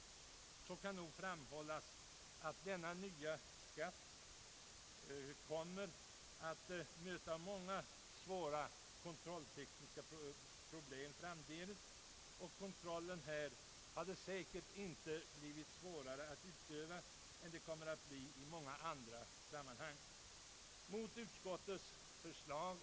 Mot detta kan framhållas att man med den nya skatten kommer att möta många svåra kontrolltekniska problem framdeles och att kontrollen i detta fall säkerligen inte blivit svårare att utöva än i många andra sammanhang. Herr talman!